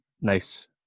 nice